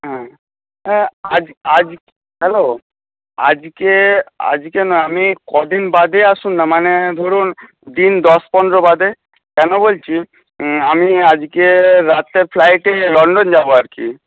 হ্যাঁ আজ আজ হ্যালো আজকে আজকে না আমি কদিন বাদে আসুন না মানে ধরুন দিন দশ পনেরো বাদে কেন বলছি আমি আজকে রাতের ফ্লাইটে লন্ডন যাব আর কি